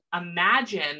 imagine